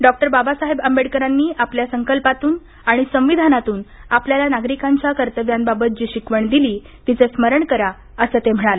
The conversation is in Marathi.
डॉक्टर बाबासाहेब आंबेडकरांनी आपल्या संकल्पातून संविधानातून आपल्याला नागरिकांच्या कर्तव्यांबाबत जी शिकवण दिली तिचे स्मरण करा असे ते म्हणाले